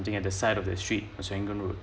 the other side of the street Serangoon road